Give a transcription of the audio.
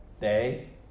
Day